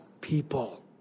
people